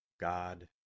God